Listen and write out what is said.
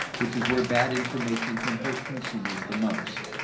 which is where bad information can hurt consumers the most.